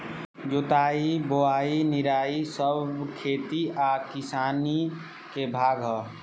जोताई बोआई निराई सब खेती आ किसानी के भाग हा